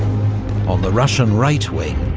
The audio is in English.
on the russian right wing,